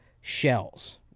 shells